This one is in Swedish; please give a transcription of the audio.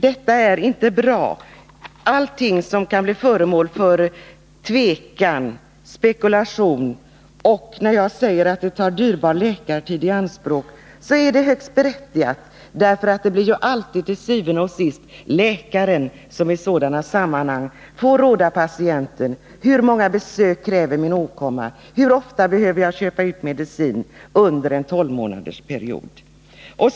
— Detta är inte bra. Allt som kan bli föremål för tvekan och spekulation är olämpligt. Och när jag säger att detta system tar dyrbar läkartid i anspråk så är det högst berättigat, eftersom det alltid til syvende og sidst blir läkaren som i sådana sammanhang får råda patienten vid frågor som dessa: Hur många besök kräver min åkomma? Hur ofta behöver jag köpa ut medicin under en tolvmånadersperiod?